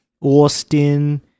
Austin